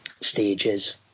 stages